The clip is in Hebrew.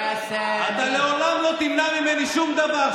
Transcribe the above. אתה לעולם לא תמנע ממני שום דבר,